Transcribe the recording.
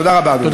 תודה רבה, אדוני.